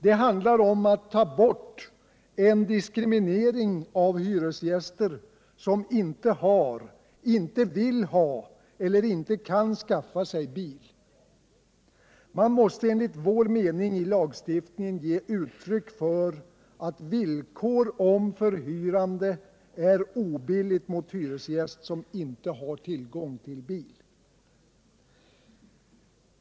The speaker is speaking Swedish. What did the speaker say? Det handlar om att ta bort en diskriminering av hyresgäster som inte har, inte vill ha eller inte kan skaffa sig bil. Man måste enligt vår mening i lagstiftningen ge uttryck för att villkor om förhyrande är obilligt mot hyresgäst som inte har tillgång till bil.